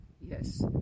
yes